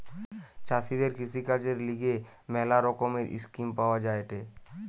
চাষীদের কৃষিকাজের লিগে ম্যালা রকমের স্কিম পাওয়া যায়েটে